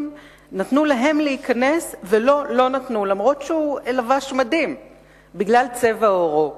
נתנו להם להיכנס ולו לא נתנו בגלל צבע עורו,